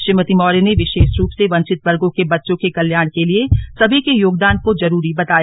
श्रीमती मौर्य ने विशेष रूप से वंचित वर्गो के बच्चों के कल्याण के लिए सभी के योगदान को जरूरी बताया